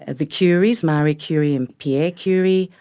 and the curies, marie curie and pierre curie,